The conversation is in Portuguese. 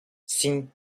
sim